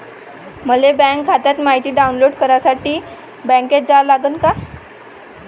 मले बँक खात्याची मायती डाऊनलोड करासाठी बँकेत जा लागन का?